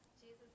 Jesus